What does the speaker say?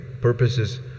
purposes